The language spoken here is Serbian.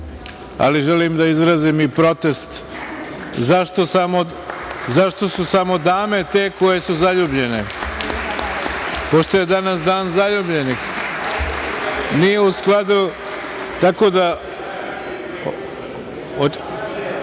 ali želim da izrazim i protest zašto su samo dame te koje su zaljubljene, pošto je danas Dan zaljubljenih. Očekujemo i